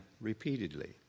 repeatedly